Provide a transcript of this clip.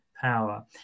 power